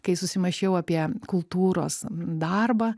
kai susimąsčiau apie kultūros darbą